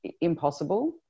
impossible